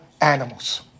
animals